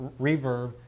reverb